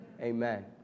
Amen